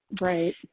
Right